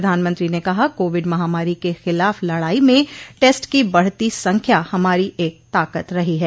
प्रधानमंत्री ने कहा कोविड महामारी के खिलाफ लड़ाई में टेस्ट की बढ़ती संख्या हमारी एक ताकत रही है